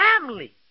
family